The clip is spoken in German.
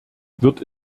wird